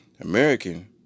American